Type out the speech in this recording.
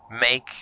Make